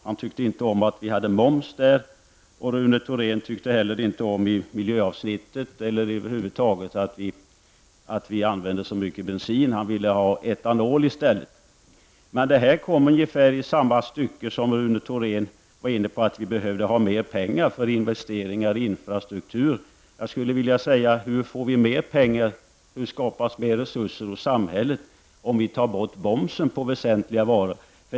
Han tyckte inte om momsen, och inte heller tyckte han om miljöavsnittet och att vi över huvud taget använder så mycket bensin. Han vill ha etanol i stället. Detta sades ungefär samtidigt som Rune Thorén var inne på att vi behöver mer pengar för investeringar i infrastruktur. Hur skapas det mer resurser åt samhället, om vi tar bort momsen på väsentliga varor?